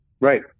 Right